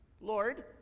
Lord